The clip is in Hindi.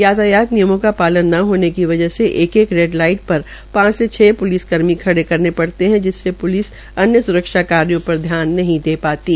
यातायात नियमों का पालन न होने की वजह से एक एक रेड लाईट पर पांच से छ प्लिस कर्मी खड़ करने पड़ते है जिसने पुलिस अन्य सुरक्षा कार्यो पर धयान नहीं दे पाती है